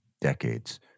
decades